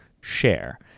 share